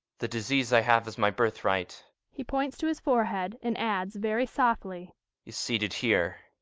the disease i have as my birthright he points to his forehead and adds very softly is seated here.